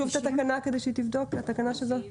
בתקנה 90(ב)